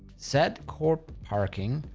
set core parking,